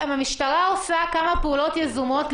המשטרה עושה כמה פעולות יזומות,